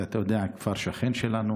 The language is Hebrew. אתה יודע, זה כפר שכן שלנו